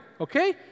Okay